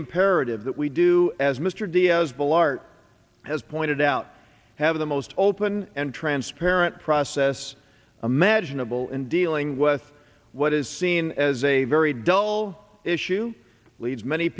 imperative that we do as mr diaz balart has pointed out have the most old and transparent process imaginable in dealing with what is seen as a very dull issue leads many